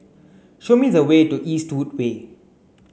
show me the way to Eastwood Way